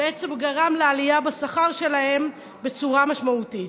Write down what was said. בעצם גרם לעלייה בשכר שלהן בצורה משמעותית.